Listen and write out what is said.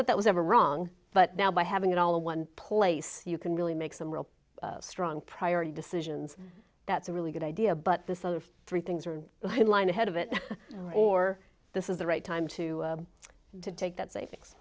that that was ever wrong but now by having it all in one place you can really make some real strong priority decisions that's a really good idea but this sort of three things are in line ahead of it or this is the right time to take that savings